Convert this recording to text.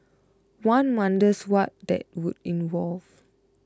one wonders what that would involve